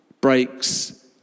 breaks